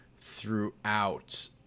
throughout